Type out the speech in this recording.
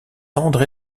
andré